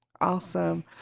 Awesome